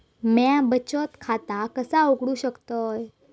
म्या बचत खाता कसा उघडू शकतय?